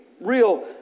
real